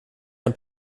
ein